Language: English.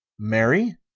marry?